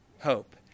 hope